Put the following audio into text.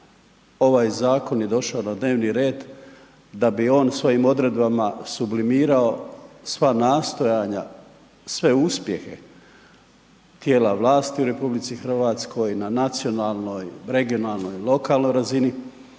ovaj zakon je došao na dnevni red, da bi on svojim odredbama sublimirao sva nastojanja, sve uspjehe tijela vlasti u RH, na nacionalnoj, regionalnoj, lokalnoj razini.